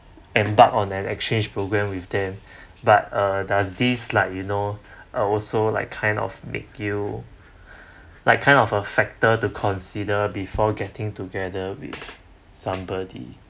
embark on an exchange program with them but uh does this like you know uh also like kind of make you like kind of a factor to consider before getting together with somebody